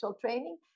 training